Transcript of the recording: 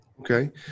Okay